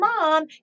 mom